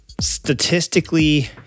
statistically